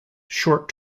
short